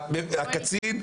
הקצין,